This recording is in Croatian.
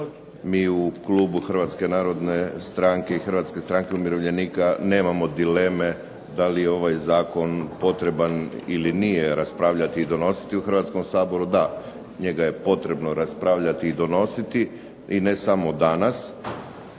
mi u klubu Hrvatske narodne stranke i Hrvatske stranke umirovljenika nemamo dileme da li je ovaj zakon potreban ili nije raspravljati i donositi u Hrvatskom saboru. Da, njega je potrebno raspravljati i donositi, i ne samo danas,